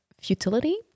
futility